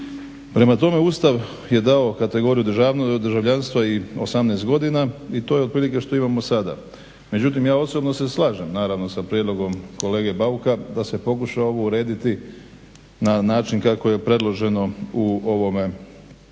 Prema tome Ustav je dao kategoriju državljanstva i 18 godina i to je otprilike što imamo sada. Međutim ja osobno se slažem naravno sa prijedlogom kolega Bauka da se pokuša ovo urediti na način kako je predloženo u ovome zakonu